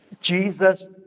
Jesus